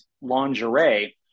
lingerie